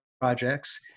projects